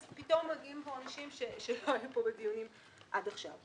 אז פתאום מגיעים לפה אנשים שלא היו פה בדיונים עד עכשיו.